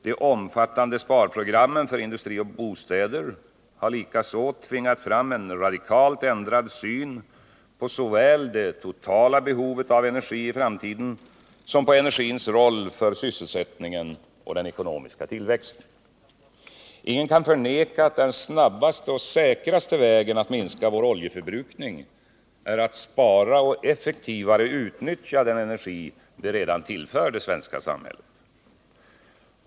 De omfattande sparprogrammen för industri och bostäder har likaså tvingat fram en radikalt ändrad syn såväl på det totala behovet av energi i framtiden som på energins roll för sysselsättningen och den ekonomiska tillväxten. Ingen kan förneka att den snabbaste och säkraste vägen att minska vår oljeförbrukning är att spara och effektivare utnyttja den energi vi redan tillför det svenska samhället.